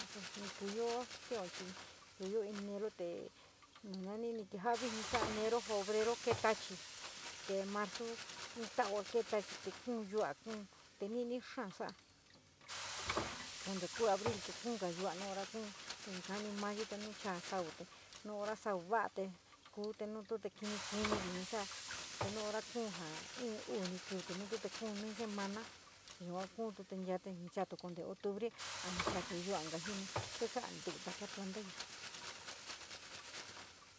Pos ni kívíyo kio chi kívíyo enero te na nani viji sa´a enero, febrero kee tachi, te marzu in tauga kee tachi te kuun yudá te nini xaa sa´a, kente ku abril te kunga yuúá no hora ñkunte ñe ñkoní ñnayo te ñnu ñchoa ñsaute ñu ñhora ñsa ñyóda te kuu, te notu te kini, kini vijii sa´a, te nu hora kuu ja in, uu ni kiu, nu tuu te kuu níí semana yua kuutu te ni chaato kote octubre a chaatu yuúá xi ja´a ntí´í taka plantayo.